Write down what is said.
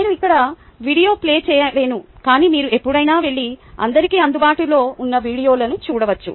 నేను ఇక్కడ వీడియోను ప్లే చేయలేను కాని మీరు ఎప్పుడైనా వెళ్లి అందరికీ అందుబాటులో ఉన్న ఈ వీడియోలను చూడవచ్చు